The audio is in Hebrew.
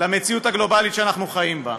למציאות הגלובלית שאנחנו חיים בה.